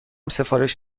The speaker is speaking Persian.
سفارش